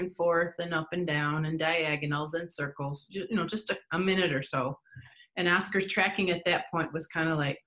and forth and up and down and i can also in circles you know just a minute or so and ask or tracking at that point was kind of like